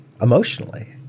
emotionally